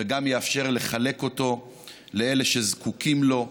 וגם יאפשר לחלק אותו לאלה שזקוקים לו.